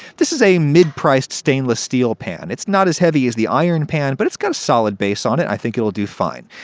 this is a mid-priced stainless steel pan. it's not as heavy as the iron pan, but it's got a solid base on it, i think it'll do fine.